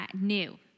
new